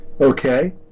Okay